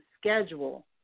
schedule